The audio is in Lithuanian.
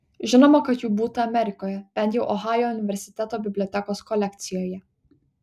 žinoma kad jų būta amerikoje bent jau ohajo universiteto bibliotekos kolekcijoje